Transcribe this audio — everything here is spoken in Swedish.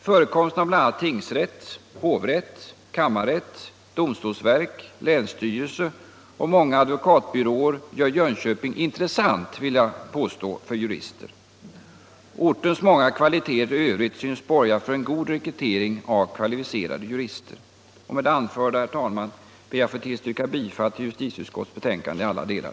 Förekomsten av bl.a. tingsrätt, hovrätt, kammarrätt, domstolsverk, länsstyrelse och många advokatbyråer gör Jönköping intressant för jurister. Och ortens många kvaliteter i övrigt synes borga för god rekrytering av kvalificerade jurister. Med det anförda ber jag, herr talman, att få tillstyrka bifall till justitieutskottets hemställan i alla delar.